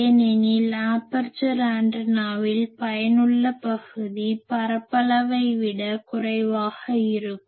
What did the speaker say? ஏனெனில் ஆபர்சர் ஆண்டனாவில் பயனுள்ள பகுதி பரப்பளவை விட குறைவாக இருக்கும்